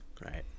Right